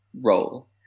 role